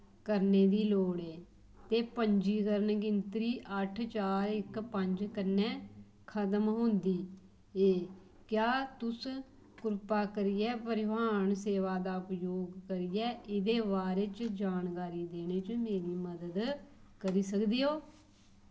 करने दी लोड़ ऐ ते पंजीकरण गिनतरी अट्ठ चार इक पंज कन्नै खत्म होंदी ऐ क्या तुस कृपा करियै परिवहन सेवा दा उपयोग करियै एह्दे बारे च जानकारी देने च मेरी मदद करी सकदे ओ